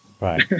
Right